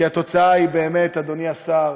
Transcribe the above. כי התוצאה היא, באמת, אדוני השר,